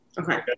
Okay